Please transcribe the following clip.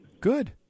good